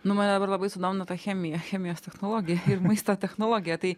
nu mane dabar labai sudomino ta chemija chemijos technologija maisto technologija tai